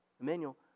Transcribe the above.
Emmanuel